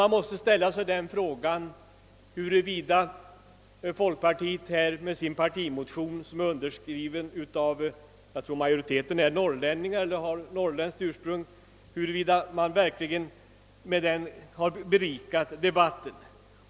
Man måste stäl la sig frågan huruvida folkpartiet med denna partimotion, som är undertecknad av en majoritet av norrlänningar eller ledamöter med norrrländskt ursprung, verkligen har berikat debatten.